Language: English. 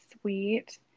Sweet